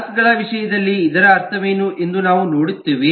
class ಗಳ ವಿಷಯದಲ್ಲಿ ಇದರ ಅರ್ಥವೇನು ಎಂದು ನಾವು ನೋಡುತ್ತೇವೆ